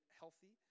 healthy